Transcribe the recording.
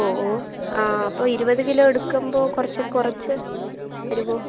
ഓ ഓ ആ അപ്പോൾ ഇരുപതു കിലോ എടുക്കുമ്പോൾ കുറച്ചു കുറച്ചു തരുമോ